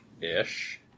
Ish